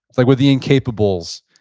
like with the incapables,